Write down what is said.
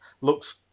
looks